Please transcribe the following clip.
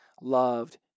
loved